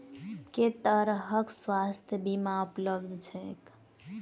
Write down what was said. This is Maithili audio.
केँ तरहक स्वास्थ्य बीमा उपलब्ध छैक?